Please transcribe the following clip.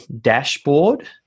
dashboard